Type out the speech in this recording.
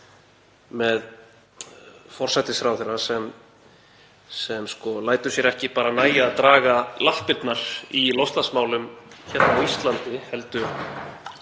með forsætisráðherra sem lætur sér ekki nægja að draga lappirnar í loftslagsmálum hérna á Íslandi heldur